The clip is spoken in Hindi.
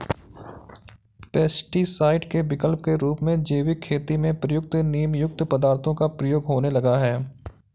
पेस्टीसाइड के विकल्प के रूप में जैविक खेती में प्रयुक्त नीमयुक्त पदार्थों का प्रयोग होने लगा है